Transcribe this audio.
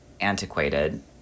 antiquated